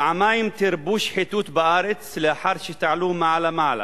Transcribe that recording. פעמיים תרבו שחיתות בארץ לאחר שתעלו מעלה מעלה.